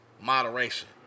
Moderation